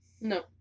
No